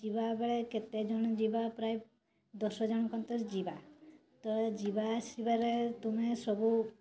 ଯିବାବେଳେ କେତେଜଣ ଯିବା ପ୍ରାୟ ଦଶ ଜଣ ଯିବା ତ ଯିବା ଆସିବାରେ ତୁମେ ସବୁ